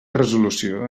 resolució